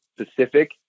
specific